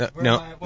No